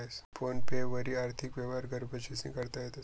phone पे वरी आर्थिक यवहार घर बशीसन करता येस